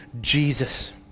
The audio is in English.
Jesus